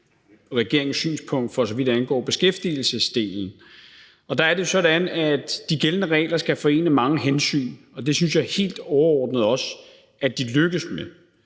regeringens synspunkt, for så vidt angår beskæftigelsesdelen. Der er det jo sådan, at de gældende regler skal forene mange hensyn, og det synes jeg helt overordnet også at de lykkes med.